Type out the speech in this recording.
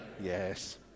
Yes